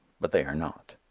but they are not.